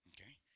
Okay